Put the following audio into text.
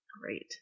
Great